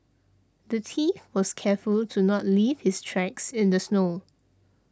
the thief was careful to not leave his tracks in the snow